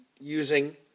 using